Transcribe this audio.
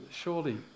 Surely